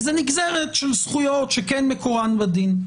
זו נגזרת של זכויות שכן מקורן בדין.